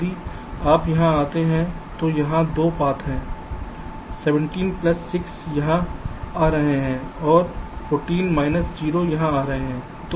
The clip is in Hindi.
यदि आप यहां आते हैं तो यहां 2 पाथ हैं 17 माइनस 6 यहां आ रहे हैं और 14 माइनस 0 यहां आ रहे हैं